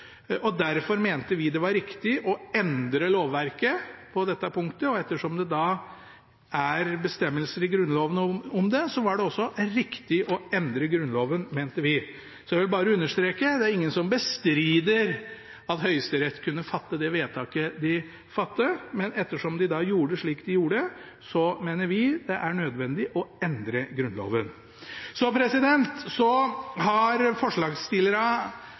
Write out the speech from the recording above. Derfor mente vi det var riktig å endre lovverket på dette punktet. Ettersom det er bestemmelser i Grunnloven om det, var det også riktig å endre Grunnloven, mente vi. Jeg vil bare understreke at det er ingen som bestrider at Høyesterett kunne fatte det vedtaket de fattet, men ettersom de gjorde slik de gjorde, mener vi det er nødvendig å endre Grunnloven. Så